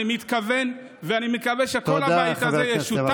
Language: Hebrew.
אני מתכוון, ואני מקווה, תודה,